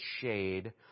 shade